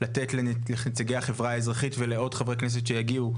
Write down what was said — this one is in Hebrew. לתת לנציגי החברה האזרחית ולעוד חברי כנסת שיגיעו,